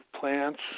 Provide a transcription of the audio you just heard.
plants